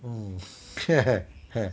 mm